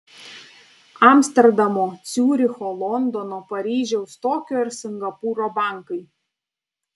amsterdamo ciuricho londono paryžiaus tokijo ir singapūro bankai